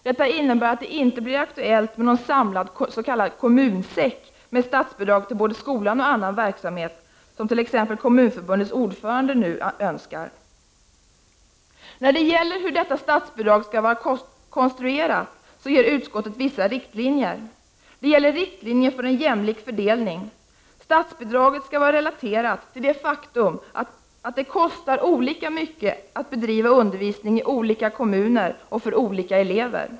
Detta innebär att det inte blir aktuellt med någon samlad s.k. kommunsäck med statsbidrag till både skolan och annan verksamhet, som t.ex. Kommunförbundets ordförande nu önskar. När det gäller hur detta statsbidrag skall vara konstruerat ger utskottet vissa riktlinjer. Det gäller riktlinjer för en jämlik fördelning. Statsbidraget skall vara relaterat till det faktum att det kostar olika mycket att bedriva undervisning i olika kommuner och för olika elever.